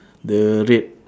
the red